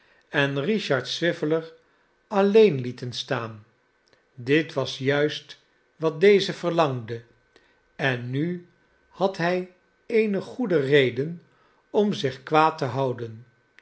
en richard swiveller alleen lieten staan dit was juist wat deze verlangde en nu had hij eene goede reden om zich kwaad te houden